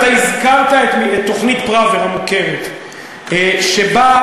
הזכרת את תוכנית פראוור המוכרת שבה,